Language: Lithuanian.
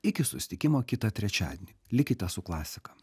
iki susitikimo kitą trečiadienį likite su klasika